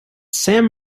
sam